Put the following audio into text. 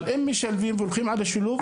אבל אם הולכים על השילוב,